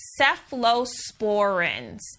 Cephalosporins